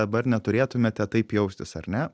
dabar neturėtumėte taip jaustis ar ne